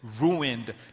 ruined